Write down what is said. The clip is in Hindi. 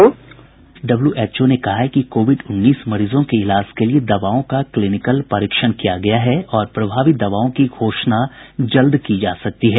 विश्व स्वास्थ्य संगठन डब्ल्यूएचओ ने कहा है कि कोविड उन्नीस मरीजों के इलाज के लिए दवाओं का क्लीनिकल परीक्षण किया गया है और प्रभावी दवाओं की घोषणा जल्दी की जा सकती है